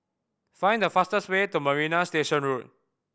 find the fastest way to Marina Station Road